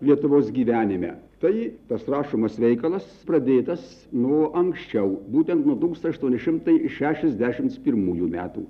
lietuvos gyvenime tai tas rašomas veikalas pradėtas nuo anksčiau būtent nuo tūkstantis aštuoni šimtai šešiasdešimt pirmųjų metų